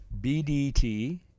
BDT